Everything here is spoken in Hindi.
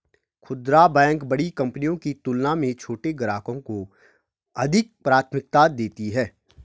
खूदरा बैंक बड़ी कंपनियों की तुलना में छोटे ग्राहकों को अधिक प्राथमिकता देती हैं